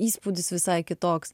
įspūdis visai kitoks